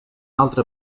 altre